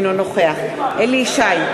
אינו נוכח אליהו ישי,